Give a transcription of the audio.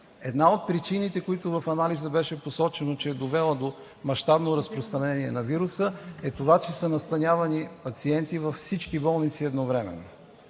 Една от причините, която беше посочена в анализа, че е довела до мащабно разпространение на вируса е това, че са настанявани пациенти във всички болници едновременно.